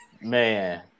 Man